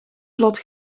vlot